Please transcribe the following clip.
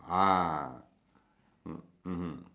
ah mm mmhmm